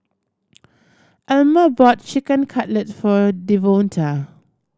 Alma bought Chicken Cutlet for Devonta